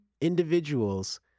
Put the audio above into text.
individuals